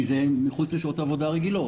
כי זה מחוץ לשעות העבודה הרגילות.